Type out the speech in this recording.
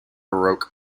baroque